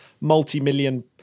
multi-million